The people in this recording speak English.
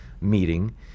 meeting